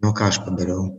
o ką aš padariau